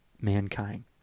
mankind